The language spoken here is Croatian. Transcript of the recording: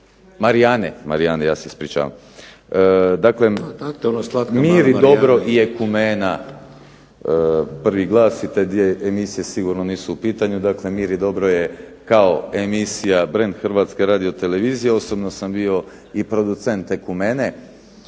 Marijana./... Daklem, "Mir i dobro" i "Ekumena", "Prvi glas" i te dvije emisije sigurno nisu u pitanju. Dakle, "Mir i dobro" je kao emisija brend Hrvatske radiotelevizije. Osobno sam bio i producent "Ekumene".